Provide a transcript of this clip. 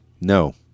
No